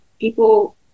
people